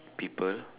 people